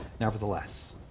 nevertheless